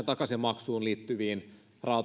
takaisinmaksuun liittyviin